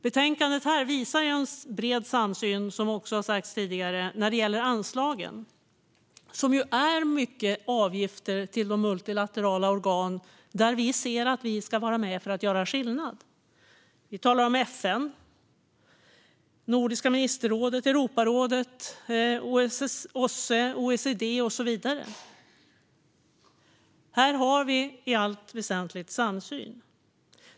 Betänkandet visar en bred samsyn, som har sagts tidigare, när det gäller anslagen. Det är många avgifter till de multilaterala organ där vi ser att vi ska vara med för att göra skillnad. Vi talar om FN, Nordiska ministerrådet, Europarådet, OSSE, OECD och så vidare. Här har vi i allt väsentligt en samsyn.